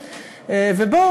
ובו,